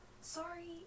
Sorry